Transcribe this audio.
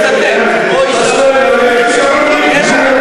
השחקן מ"ארץ נהדרת" יבוא להחליף אותו.